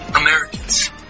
Americans